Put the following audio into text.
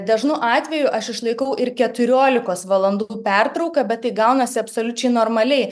dažnu atveju aš išlaikau ir keturiolikos valandų pertrauką bet tai gaunasi absoliučiai normaliai